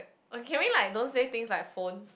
oh can we like don't say things like phone